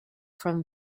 from